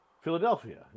Philadelphia